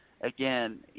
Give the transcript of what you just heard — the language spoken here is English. Again